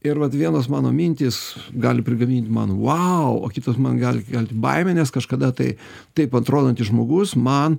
ir vat vienos mano mintys gali prigamint man vau o kitos man gali kelti baimę nes kažkada tai taip atrodantis žmogus man